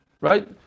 right